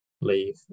leave